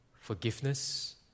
forgiveness